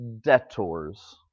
debtors